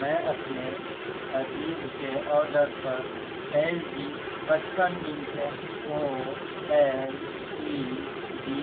میں اپنے اجیو کے آرڈر پر ایل جی پچپن inch O L E D